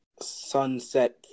sunset